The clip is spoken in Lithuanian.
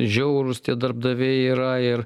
žiaurūs tie darbdaviai yra ir